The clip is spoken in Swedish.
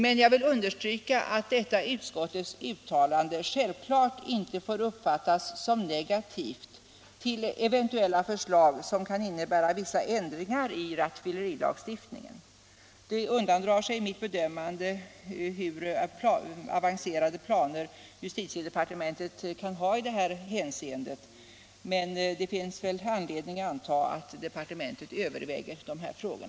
Men jag vill understryka att detta utskottets uttalande självfallet inte får uppfattas som en negativ hållning till eventuella förslag om vissa ändringar i rattfyllerilagstiftningen. Det undandrar sig mitt bedömande hur avancerade planer justitiedepartementet kan ha i det avseendet, men det finns väl anledning att anta att departementet överväger dessa frågor.